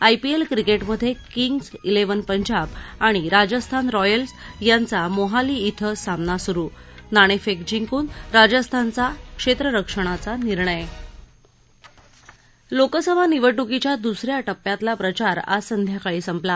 IPL क्रिक्टिमधीकिंग्ज किंग्डन पंजाब आणि राजस्थान रॉयल्स यांचा मोहाली शिं सामना सुरु नाणप्रिक्त जिंकून राजस्थानचा क्षम्रिक्षणाचा निर्णय लोकसभा निवडणुकीच्या दुसऱ्या टप्प्यातला प्रचार आज संध्याकाळी संपला